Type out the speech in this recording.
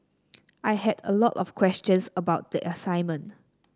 I had a lot of questions about the assignment